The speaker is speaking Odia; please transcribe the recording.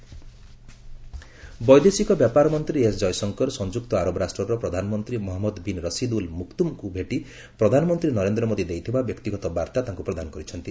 ଏସ୍ ଜୟଶଙ୍କର ବୈଦେଶିକ ବ୍ୟାପାର ମନ୍ତ୍ରୀ ଏସ୍ ଜୟଶଙ୍କର ସଂଯୁକ୍ତ ଆରବ ରାଷ୍ଟ୍ରର ପ୍ରଧାନମନ୍ତ୍ରୀ ମହଞ୍ଜଦ ବିନ୍ ରସିଦ୍ ଅଲ୍ ମକ୍ତୁମ୍ଙ୍କୁ ଭେଟି ପ୍ରଧାନମନ୍ତ୍ରୀ ନରେନ୍ଦ୍ର ମୋଦି ଦେଇଥିବା ବ୍ୟକ୍ତିଗତ ବାର୍ତ୍ତା ତାଙ୍କୁ ପ୍ରଦାନ କରିଛନ୍ତି